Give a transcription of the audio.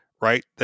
right